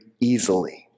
easily